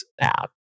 app